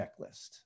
checklist